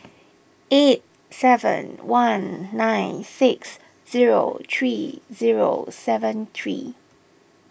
eight seven one nine six zero three zero seven three